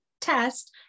test